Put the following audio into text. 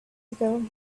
ago